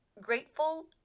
grateful